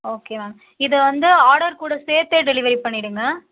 okay ma'am இதை வந்து order கூட சேர்த்தே டெலிவரி பண்ணிவிடுங்க